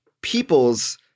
people's